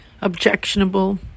objectionable